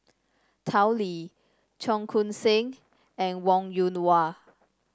Tao Li Cheong Koon Seng and Wong Yoon Wah